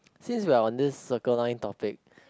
since we are on this Circle Line topic